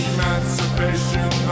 Emancipation